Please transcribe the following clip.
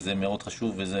וזה מאוד חשוב.